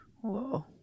Whoa